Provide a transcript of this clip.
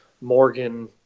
Morgan